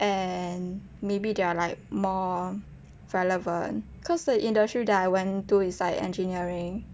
and maybe they are like more relevant cause the industry that I went to is like engineering